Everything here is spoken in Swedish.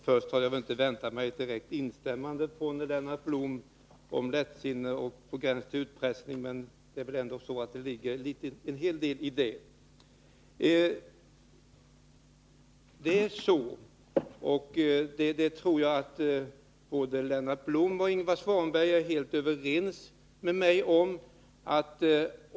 Herr talman! Jag hade inte väntat mig ett direkt instämmande från Lennart Blom när det gäller uttrycken ”lättsinne” och ”på gränsen till utpressning”, men det ligger ändå en hel del i dessa uttryck. Jag tror att både Lennart Blom och Ingvar Svanberg är helt överens med mig om följande.